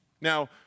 Now